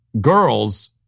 girls